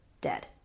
dead